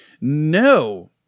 No